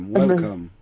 welcome